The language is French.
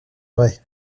vraie